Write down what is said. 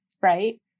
right